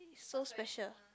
is so special